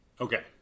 Okay